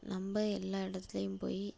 நம்ம எல்லா இடத்துலையும் போய்